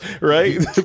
right